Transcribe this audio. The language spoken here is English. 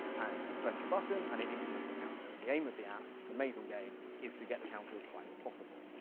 and you press the button, and it increments a counter, and the aim of the app, it's an amazing game, is to get the counter as high as possible.